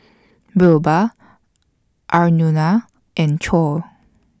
Birbal Aruna and Choor